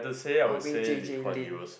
I'll be J_J-Lin